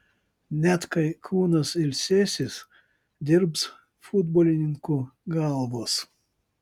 net kai kūnas ilsėsis dirbs futbolininkų galvos